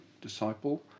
disciple